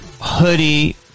Hoodie